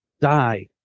die